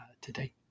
today